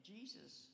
Jesus